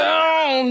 on